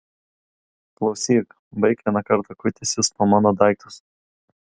klausyk baik vieną kartą kuitęsis po mano daiktus